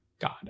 god